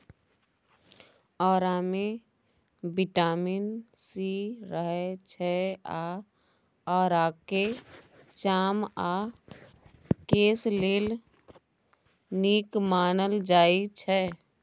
औरामे vitamin C रहय छै आ औराकेँ चाम आ केस लेल नीक मानल जाइ छै